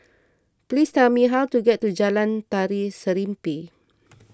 please tell me how to get to Jalan Tari Serimpi